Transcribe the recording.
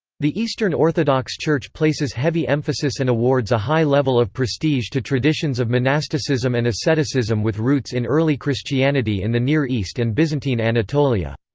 the eastern orthodox church places heavy emphasis and awards a high level of prestige to traditions of monasticism and asceticism with roots in early christianity in the near east and byzantine anatolia.